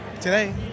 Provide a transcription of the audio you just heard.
today